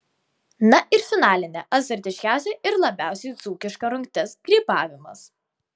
na ir finalinė azartiškiausia ir labiausiai dzūkiška rungtis grybavimas